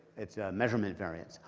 it's a measurement variance.